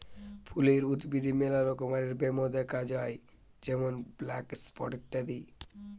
ফুলের উদ্ভিদে মেলা রমকার ব্যামো দ্যাখা যায় যেমন ব্ল্যাক স্পট ইত্যাদি